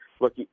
look